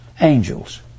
angels